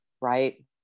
right